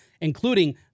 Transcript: including